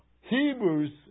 Hebrews